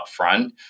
upfront